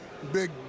Big